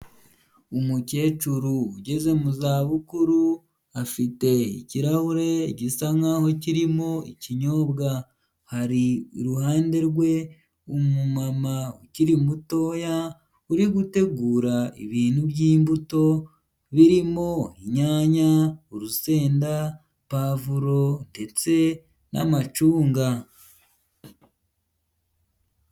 Umukecuru ugeze mu za bukuru afite ikirahure gisa nkaho kirimo ikinyobwa, hari iruhande rwe umumama ukiri mutoya uri gutegura ibintu by'imbuto birimo; inyanya, urusenda, pavuro ndetse n'amacunga.